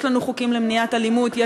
ויש לנו חוקים למניעת אלימות.